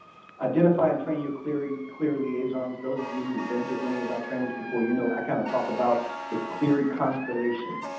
identify and train your clery liaisons, those of you who have been to any of our trainings before, you know i kind of talk about the clery constellation.